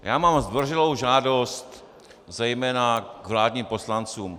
Já mám zdvořilou žádost, zejména k vládním poslancům.